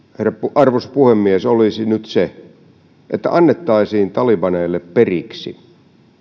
arvoisa puhemies olisi nyt se että annettaisiin talibaneille periksi